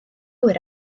awyr